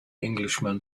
englishman